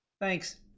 thanks